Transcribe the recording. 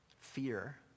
Fear